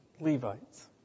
Levites